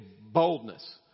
boldness